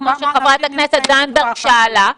וכמו שח"כ זנדברג שאלה,